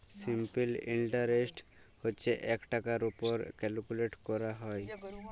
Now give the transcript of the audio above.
simple interest হছে যে টাকার উপর ক্যালকুলেট ক্যরা হ্যয়